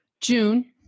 June